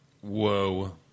Whoa